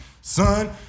son